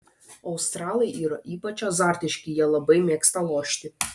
australai yra ypač azartiški jie labai mėgsta lošti